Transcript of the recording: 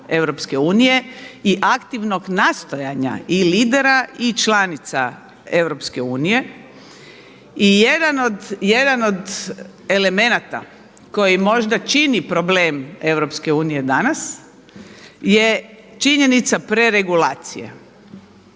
i aktivnog nastojanja i lidera i članica Europske unije. I jedan od elemenata koji možda čini problem Europske unije danas je činjenica preregulacije.